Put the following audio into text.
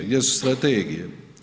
Gdje su strategije?